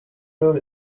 rule